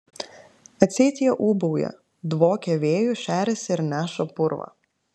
atseit jie ūbauja dvokia vėju šeriasi ir neša purvą